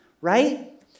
right